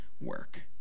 work